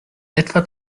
etwa